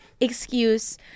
excuse